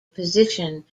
position